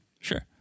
sure